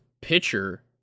pitcher